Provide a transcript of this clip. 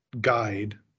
guide